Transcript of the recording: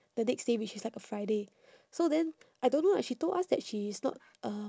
the next day which is like a friday so then I don't know lah she told us that she is not uh